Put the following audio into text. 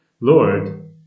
Lord